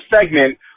segment